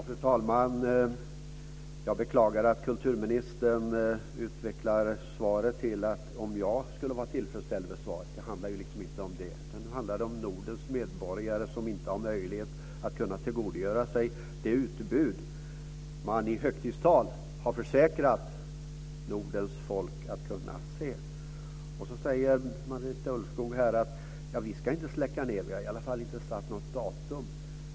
Fru talman! Jag beklagar att kulturministern utvecklar sitt svar till att handla om ifall jag är tillfredsställd med svaret. Det handlar liksom inte om det. Det handlar om Nordens medborgare som inte har möjlighet att tillgodogöra sig det utbud man i högtidstal har försäkrat Nordens folk att kunna se. Marita Ulvskog säger här: Vi ska inte släcka ned. Vi har i alla fall inte satt något datum.